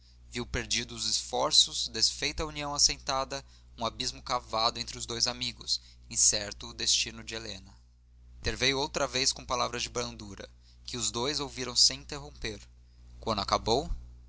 viu perdidos os esforços desfeita a união assentada um abismo cavado entre os dois amigos incerto o destino de helena interveio outra vez com palavras de brandura que os dois ouviram sem interromper quando acabou